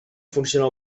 funciona